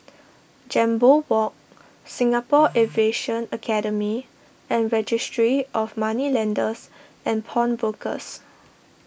Jambol Walk Singapore Aviation Academy and Registry of Moneylenders and Pawnbrokers